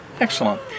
Excellent